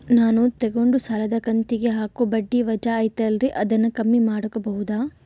ನಾನು ತಗೊಂಡ ಸಾಲದ ಕಂತಿಗೆ ಹಾಕೋ ಬಡ್ಡಿ ವಜಾ ಐತಲ್ರಿ ಅದನ್ನ ಕಮ್ಮಿ ಮಾಡಕೋಬಹುದಾ?